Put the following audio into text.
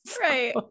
right